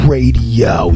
Radio